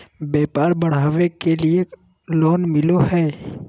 व्यापार बढ़ावे के लिए लोन मिलो है?